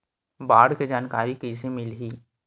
बाढ़ के जानकारी कइसे मिलही?